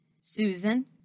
Susan